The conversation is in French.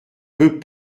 peut